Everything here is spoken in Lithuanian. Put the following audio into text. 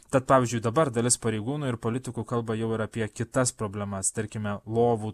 tad pavyzdžiui dabar dalis pareigūnų ir politikų kalba jau ir apie kitas problemas tarkime lovų